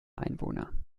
einwohner